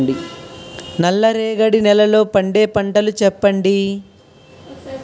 నల్ల రేగడి నెలలో పండే పంటలు చెప్పండి?